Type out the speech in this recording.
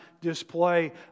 display